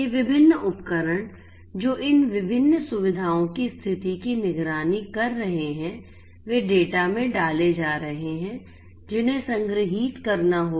ये विभिन्न उपकरण जो इन विभिन्न सुविधाओं की स्थिति की निगरानी कर रहे हैं वे डेटा में डाले जा रहे हैं जिन्हें संग्रहीत करना होगा